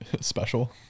special